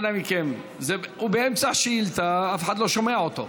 אנא מכם, הוא באמצע השאילתה ואף אחד לא שומע אותו.